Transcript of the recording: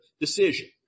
decision